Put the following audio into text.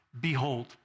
behold